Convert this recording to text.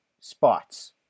spots